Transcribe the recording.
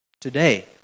today